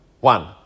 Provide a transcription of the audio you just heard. One